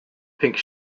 pink